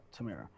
Tamira